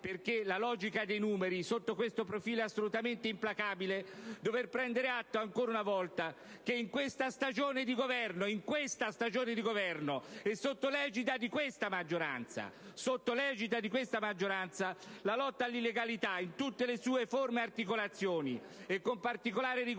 perché la logica dei numeri sotto questo profilo è assolutamente implacabile), dover prendere atto ancora una volta che in questa stagione di governo, e sotto l'egida di questa maggioranza, la lotta all'illegalità in tutte le sue forme e articolazioni, con particolare riguardo